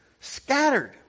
scattered